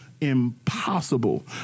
impossible